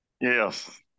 Yes